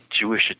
Jewish